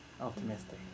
Optimistic